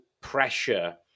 pressure